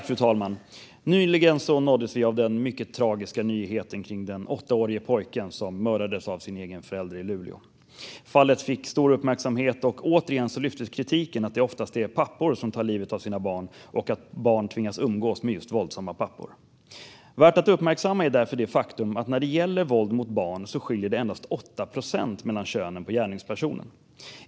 Fru talman! Nyligen nåddes vi av den mycket tragiska nyheten om den åttaårige pojken som mördades av sin egen förälder i Luleå. Fallet fick stor uppmärksamhet. Och återigen lyftes kritiken fram om att det oftast är pappor som tar livet av sina barn och att barn tvingas umgås med just våldsamma pappor. Det är därför värt att uppmärksamma det faktum att när det gäller våld mot barn skiljer det endast 8 procent mellan könen på gärningspersonerna.